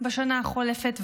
בשנה החולפת,